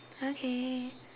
okay